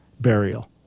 burial